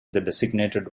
designated